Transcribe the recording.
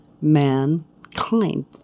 mankind